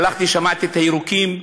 הלכתי, שמעתי את הירוקים,